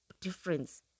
difference